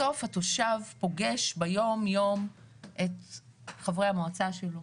בסוף התושב פוגש ביום יום את חברי המועצה שלו,